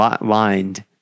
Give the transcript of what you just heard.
lined